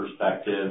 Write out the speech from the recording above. perspective